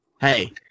Hey